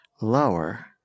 lower